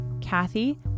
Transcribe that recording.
Kathy